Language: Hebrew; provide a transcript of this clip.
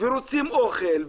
ורוצים אוכל,